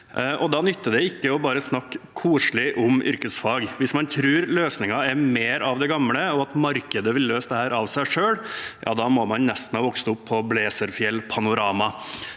Da nytter det ikke bare å snakke koselig om yrkesfag. Hvis man tror løsningen er mer av det gamle, og at markedet vil løse dette av seg selv, da må man nesten ha vokst opp på «Blazerfjell Panorama».